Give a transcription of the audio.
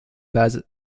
bases